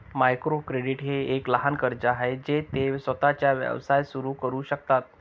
micro credit हे एक लहान कर्ज आहे जे ते स्वतःचा व्यवसाय सुरू करू शकतात